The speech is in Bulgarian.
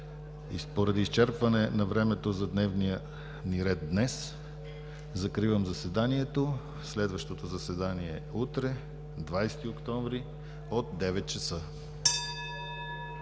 Поради изчерпване на времето за дневния ни ред днес закривам заседанието. Следващото заседание е утре, 20 октомври 2017 г.,